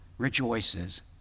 rejoices